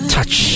Touch